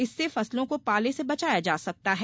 इससे फसलों को पाले से बचाया जा सकता है